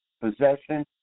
possession